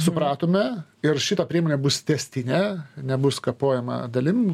supratome ir šita priemonė bus tęstinė nebus kapojama dalim